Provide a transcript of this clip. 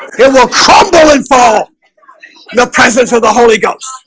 it will crumble and fall the presence of the holy ghost